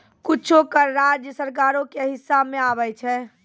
कुछो कर राज्य सरकारो के हिस्सा मे आबै छै